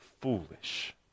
foolish